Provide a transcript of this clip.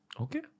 okay